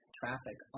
traffic